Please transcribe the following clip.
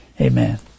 Amen